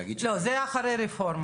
לא, זה אחרי הרפורמה.